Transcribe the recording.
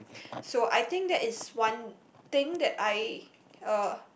so I think that is one thing that I uh